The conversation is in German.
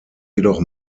jedoch